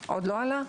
בהתאם.